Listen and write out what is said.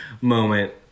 moment